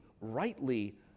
rightly